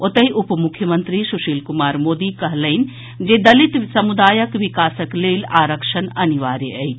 ओतहि उपमुख्यमंत्री सुशील कुमार मोदी कहलनि जे दलित समुदायक विकासक लेल आरक्षण अनिवार्य अछि